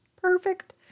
perfect